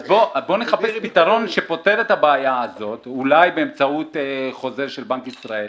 אז בוא נמצא פתרון אולי באמצעות חוזר של בנק ישראל.